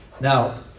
Now